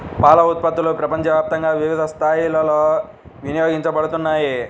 పాల ఉత్పత్తులు ప్రపంచవ్యాప్తంగా వివిధ స్థాయిలలో వినియోగించబడుతున్నాయి